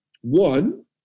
One